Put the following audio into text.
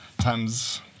times